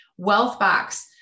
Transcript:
Wealthbox